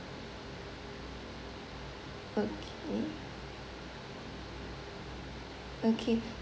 okay okay